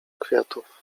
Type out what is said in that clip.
kwiatów